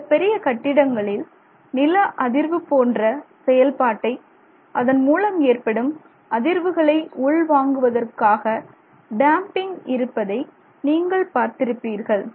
மிகப்பெரிய கட்டிடங்களில் நில அதிர்வு போன்ற செயல்பாட்டை அதன்மூலம் ஏற்படும் அதிர்வுகளை உள்வாங்குவதற்காக டேம்பிங் இருப்பதை நீங்கள் பார்த்திருப்பீர்கள்